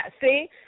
see